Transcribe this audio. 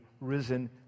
risen